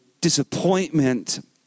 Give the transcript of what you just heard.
disappointment